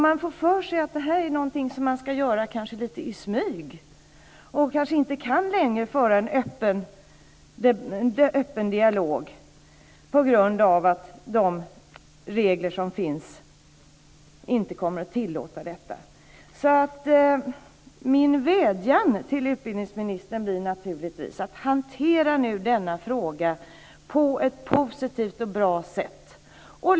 Man får för sig att detta är någonting som man ska göra lite i smyg, och inte längre kan föra en öppen dialog om, på grund av att de regler som finns inte kommer att tillåta det. Min vädjan till skolministern blir därför naturligtvis: Hantera nu denna fråga på ett positivt och bra sätt!